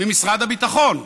ממשרד הביטחון.